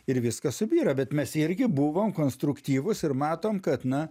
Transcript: ir viskas subyra bet mes irgi buvom konstruktyvūs ir matom kad na